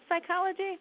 psychology